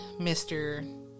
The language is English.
Mr